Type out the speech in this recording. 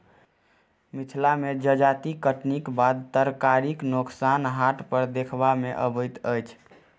मिथिला मे जजाति कटनीक बाद तरकारीक नोकसान हाट पर देखबा मे अबैत अछि